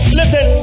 listen